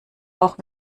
auch